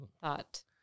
thought